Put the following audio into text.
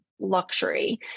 luxury